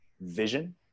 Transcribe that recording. vision